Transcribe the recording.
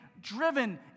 driven